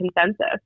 consensus